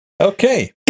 Okay